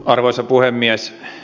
arvoisa puhemies